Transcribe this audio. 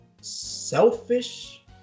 selfish